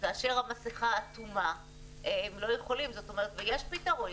וכאשר המסכה הם לא יכולים ויש פתרון,